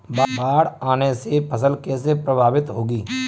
बाढ़ आने से फसल कैसे प्रभावित होगी?